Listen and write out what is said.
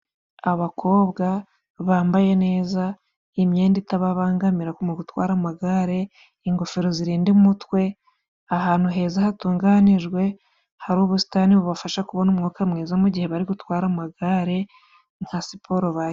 Abakobwa bambaye neza imyenda itababangamira mu gutwara amagare, ingofero zirinda umutwe, ahantu heza hatunganijwe, hari ubusitani bubafasha kubona umwuka mwiza mugihe bari gutwara amagare nka siporo .